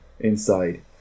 Inside